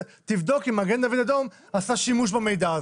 תבדוק אם מגן דוד אדום עשה שימוש במידע הזה.